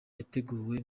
yateguwe